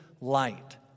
light